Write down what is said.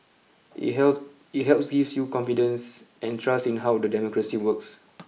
it help it helps gives you confidence and trust in how the democracy works